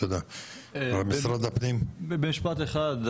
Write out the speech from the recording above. במשפט אחד,